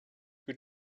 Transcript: who